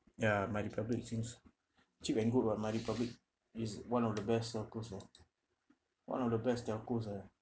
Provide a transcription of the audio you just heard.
ya my republic since cheap and good [what] my republic is one of the best telcos ah one of the best telcos ah